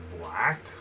black